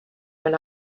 when